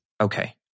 Okay